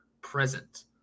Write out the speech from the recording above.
present